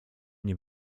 nie